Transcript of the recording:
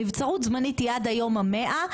נבצרות זמנית היא עד היום ה- 100,